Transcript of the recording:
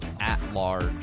at-large